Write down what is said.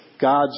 God's